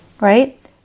right